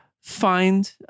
find